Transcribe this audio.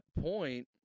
point